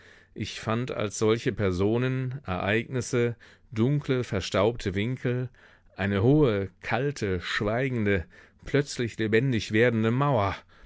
ich fand als solche personen ereignisse dunkle verstaubte winkel eine hohe kalte schweigende plötzlich lebendig werdende mauer